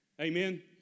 Amen